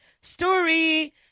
story